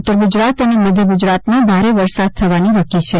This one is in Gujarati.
ઉત્તર ગુજરાત અને મધ્ય ગુજરાતમાં ભારે વરસાદ થવાની વકી છે